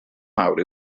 mawr